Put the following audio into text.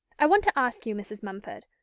i want to ask you, mrs. mumford,